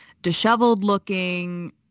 disheveled-looking